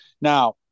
Now